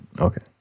Okay